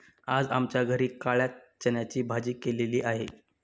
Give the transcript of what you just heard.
आज आमच्या घरी काळ्या चण्याची भाजी केलेली आहे